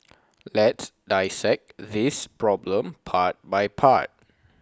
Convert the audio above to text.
let's dissect this problem part by part